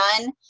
done